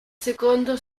secondo